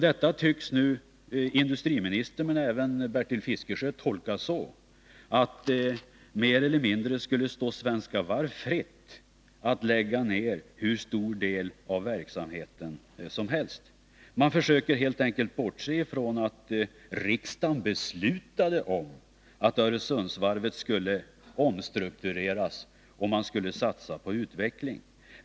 Detta tycks nu industriministern och även Bertil Fiskesjö tolka så att det mer eller mindre skulle stå Svenska Varv fritt att lägga ner hur stor del av verksamheten som helst. Man försöker helt enkelt bortse från att riksdagen beslutat om att Öresundsvarvet skulle omstruktureras och att man skulle satsa på utveckling.